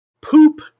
Poop